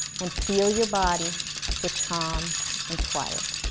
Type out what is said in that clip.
and feel your body get calm and quiet